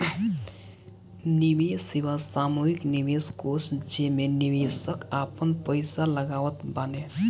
निवेश सेवा सामूहिक निवेश कोष जेमे निवेशक आपन पईसा लगावत बाने